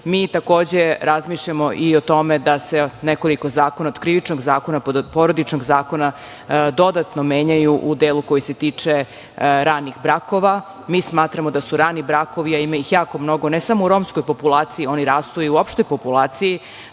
Mi takođe razmišljamo i o tome da se nekoliko zakona, od Krivičnog zakona, pa do Porodičnog zakona, dodatno menjaju u delu koji se tiče ranih brakova. Mi smatramo da su rani brakovi, a ima ih jako mnogo, ne samo u romskoj populaciji, oni rastu i u opštoj populaciji,